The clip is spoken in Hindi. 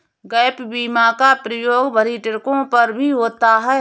गैप बीमा का प्रयोग भरी ट्रकों पर भी होता है